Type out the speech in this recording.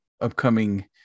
upcoming